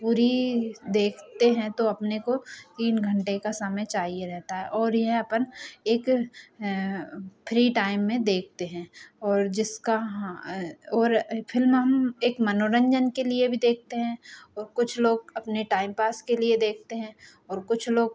पूरी देखते हैं तो अपने को तीन घन्टे का समय चाहिए रहता है और यह अपन एक फ्री टाइम में देखते हैं और जिसका हाँ और फ़िल्म हम एक मनोरन्जन के लिए भी देखते हैं और कुछ लोग अपने टाइम पास के लिए देखते हैं और कुछ लोग